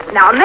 Now